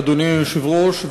אדוני היושב-ראש,